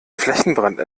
flächenbrand